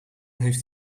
heeft